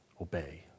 obey